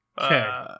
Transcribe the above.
Okay